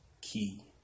key